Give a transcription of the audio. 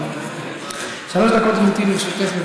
שלוש דקות, גברתי, לרשותך.